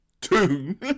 Two